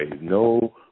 No